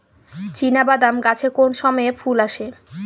চিনাবাদাম গাছে কোন সময়ে ফুল আসে?